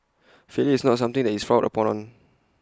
failure is not something that is frowned upon